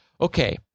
Okay